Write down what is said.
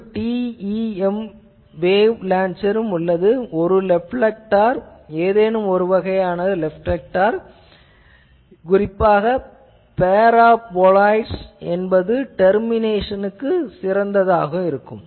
ஒரு TEM wave launcher ஒரு reflector ஏதேனும் ஒரு வகை குறிப்பாக பேராபோலாய்ட்ஸ் என்பது டெர்மிநேசனுக்குப் பயன்படுகிறது